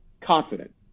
confident